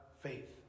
faith